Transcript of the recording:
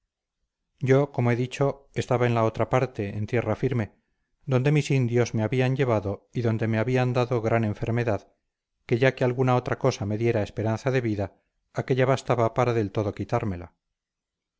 yo como he dicho estaba en la otra parte en tierra firme donde mis indios me habían llevado y donde me habían dado tan gran enfermedad que ya que alguna otra cosa me diera esperanza de vida aquélla bastaba para del todo quitármela